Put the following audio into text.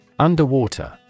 Underwater